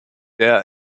der